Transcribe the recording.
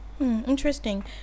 Interesting